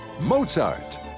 Mozart